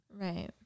Right